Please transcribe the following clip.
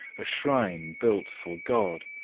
a shrine built for god,